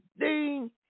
ding